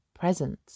Presence